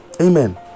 Amen